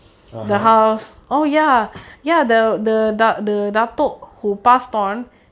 ah ah